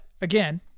again